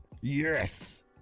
yes